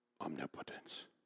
omnipotence